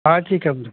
हाँ ठीक है